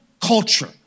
culture